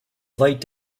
light